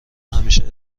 همیشه